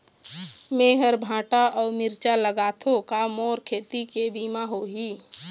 मेहर भांटा अऊ मिरचा लगाथो का मोर खेती के बीमा होही?